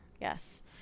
Yes